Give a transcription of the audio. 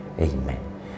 Amen